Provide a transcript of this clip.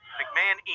McMahon